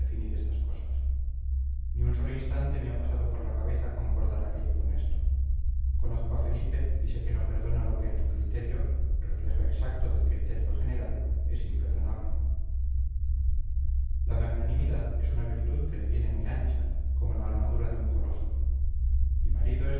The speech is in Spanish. estas cosas ni un solo instante me ha pasado por la cabeza concordar aquello con esto conozco a felipe y sé que no perdona lo que en su criterio reflejo exacto del criterio general es imperdonable la magnanimidad es una virtud que le viene muy ancha como la armadura de un coloso mi marido